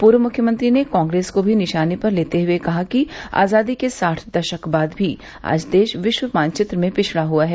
पूर्व मुख्यमंत्री ने कांग्रेस को भी निशाने पर लेते हुए कहा कि आजादी के साठ दशक बाद भी आज देश विश्व मानचित्र में पिछड़ा हुआ है